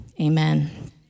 Amen